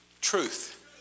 truth